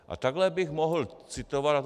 A takhle bych mohl citovat.